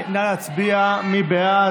מי בעד?